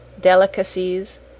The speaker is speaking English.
delicacies